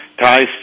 ties